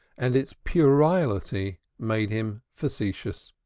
and its puerility made him facetious.